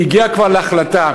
הגיע כבר להחלטה,